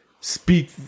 speak